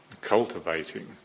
cultivating